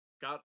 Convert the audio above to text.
got